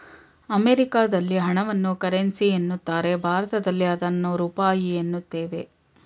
ಅಮೆರಿಕದಲ್ಲಿ ಹಣವನ್ನು ಕರೆನ್ಸಿ ಎನ್ನುತ್ತಾರೆ ಭಾರತದಲ್ಲಿ ಅದನ್ನು ರೂಪಾಯಿ ಎನ್ನುತ್ತೇವೆ